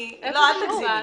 אל תגזימי,